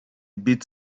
bit